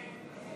כן.